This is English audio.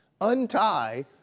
untie